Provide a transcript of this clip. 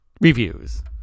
Reviews